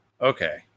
Okay